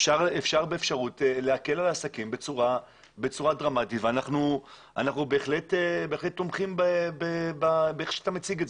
אפשר להקל על העסקים בצורה דרמטית ואנחנו בהחלט תומכים במה שאתה מציג.